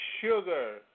sugar